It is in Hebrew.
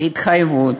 התחייבות